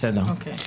בסדר.